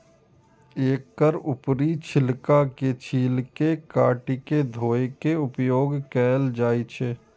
एकर ऊपरी छिलका के छील के काटि के धोय के उपयोग कैल जाए छै